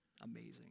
amazing